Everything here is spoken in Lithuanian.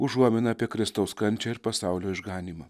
užuominą apie kristaus kančią ir pasaulio išganymą